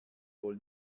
wohl